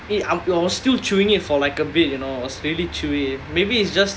eh I'm I was still chewing it for like a bit you know it was really chewy maybe it's just